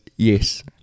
Yes